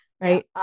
right